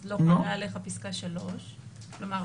אז לא חלה עליך פסקה 3. כלומר,